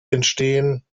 entstehen